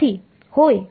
विद्यार्थी होय